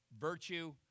virtue